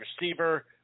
receiver